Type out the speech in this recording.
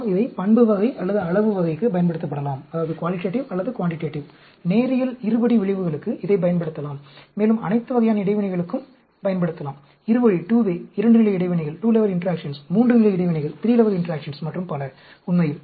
நாம் இதை பண்பு வகை அல்லது அளவு வகைக்கு பயன்படுத்தலாம் நேரியல் இருபடி விளைவுகளுக்கு இதைப் பயன்படுத்தலாம் மேலும் அனைத்து வகையான இடைவினைகளுக்கும் பயன்படுத்தலாம் இரு வழி 2 நிலை இடைவினைகள் 3 நிலை இடைவினைகள் மற்றும் பல உண்மையில்